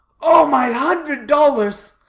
oh, my hundred dollars!